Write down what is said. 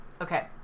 Okay